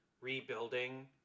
rebuilding